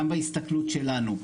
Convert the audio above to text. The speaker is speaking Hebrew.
גם בהסתכלות שלנו.